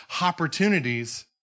opportunities